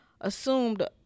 assumed